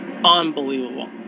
Unbelievable